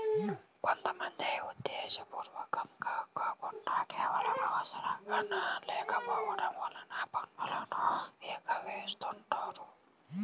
కొంత మంది ఉద్దేశ్యపూర్వకంగా కాకుండా కేవలం అవగాహన లేకపోవడం వలన పన్నులను ఎగవేస్తుంటారు